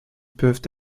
peuvent